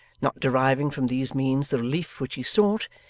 not deriving from these means the relief which he sought,